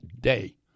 day